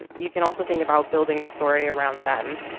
you can also think about building a story around them.